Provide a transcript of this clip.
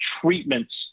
treatments